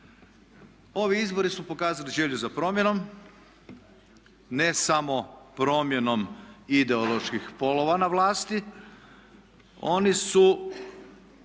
Ovi izbori su pokazali želju za promjenom ideoloških polova na vlasti, oni su